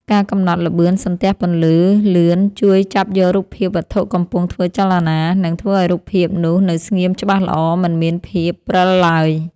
ការកំណត់ល្បឿនសន្ទះពន្លឺលឿនជួយចាប់យករូបភាពវត្ថុកំពុងធ្វើចលនា និង ធ្វើឱ្យរូបភាពនោះនៅស្ងៀមច្បាស់ល្អមិនមានភាពព្រិលឡើយ។